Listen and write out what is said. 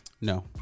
No